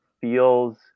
feels